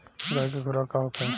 गाय के खुराक का होखे?